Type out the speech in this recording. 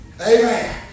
Amen